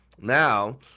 Now